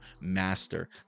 master